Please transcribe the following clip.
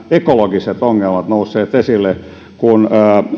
ekologiset ongelmat nousseet esille kun